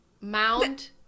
mound